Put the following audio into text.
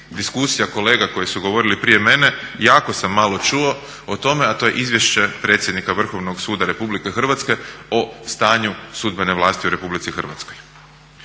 diskusija kolega koji su govorili prije mene jako sam malo čuo o tome a to je izvješće predsjednika Vrhovnog suda RH o stanju sudbene vlasti u RH. Prije